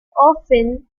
often